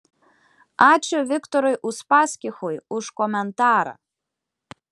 ačiū viktorui uspaskichui už komentarą